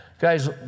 guys